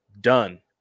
done